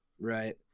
right